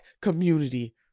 community